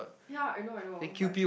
ya I know I know but